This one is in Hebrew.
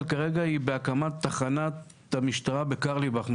כרגע היא בהקמת תחנת המשטרה בקרליבך.